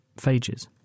phages